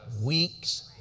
weeks